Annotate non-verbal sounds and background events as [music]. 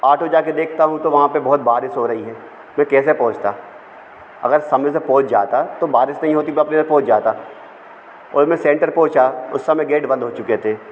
auto जाकर देखता हूँ तो वहाँ पर बहउत बारिश हो रही है मैं कैसे पहुँचता अगर समय से पहुँच जाता तो बारिश नहीं होती तो [unintelligible] पहुँच जाता और मैं सेंटर पहुँचा उस समय गेट बंद हो चुकी थी